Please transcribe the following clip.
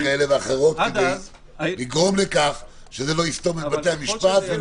כאלה ואחרות כדי לגרום לכך שזה לא יסתום את בתי המשפט.